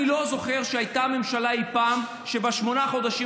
אני לא זוכר שאי פעם הייתה ממשלה שבשמונת החודשים